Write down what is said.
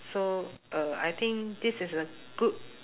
so uh I think this is a good